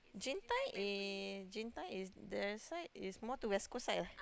Jintai is Jintai is their side is more to West-Coast side lah